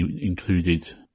included